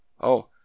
Oh